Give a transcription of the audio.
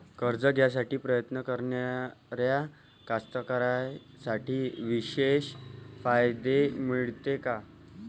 कर्ज घ्यासाठी प्रयत्न करणाऱ्या कास्तकाराइसाठी विशेष फायदे मिळते का?